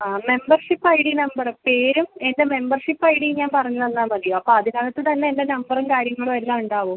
ആ membership I D നമ്പറും പേരും എൻ്റെ മെമ്പർഷിപ്പ് ഐ ഡിയും ഞാൻ പറഞ്ഞ് തന്നാൽ മതിയോ അപ്പോൾ അതിനകത്ത് തന്നെ എൻ്റെ നമ്പറും കാര്യങ്ങളും എല്ലാം ഉണ്ടാവും